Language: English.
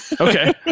Okay